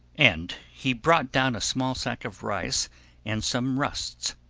and he brought down a small sack of rice and some rusks.